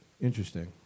Interesting